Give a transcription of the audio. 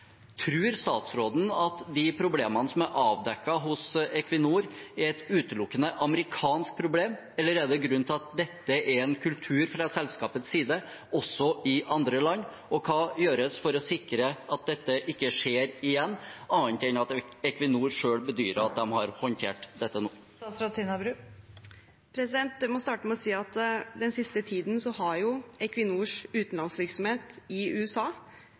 statsråden at de problemene som er avdekket hos Equinor, er utelukkende et amerikansk problem? Eller er det grunn til å tro at dette er en kultur fra selskapets side også i andre land? Og hva gjøres for å sikre at dette ikke skjer igjen, annet enn at Equinor selv bedyrer at de har håndtert dette nå? Jeg må starte med å si at den siste tiden har Equinors utenlandsvirksomhet i USA fått mye negativ oppmerksomhet, og det er med rette. Det som har skjedd i USA,